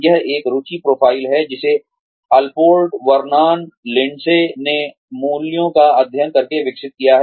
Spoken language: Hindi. यह एक रुचि प्रोफ़ाइल है जिसे अल्पोर्ट वर्नोन लिंडसे ने मूल्यों का अध्ययन करके विकसित किया है